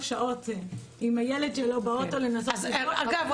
שעות עם הילד שלו באוטו לנסות --- אגב,